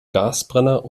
gasbrenner